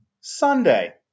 Sunday